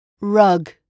Rug